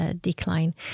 decline